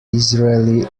israeli